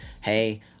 hey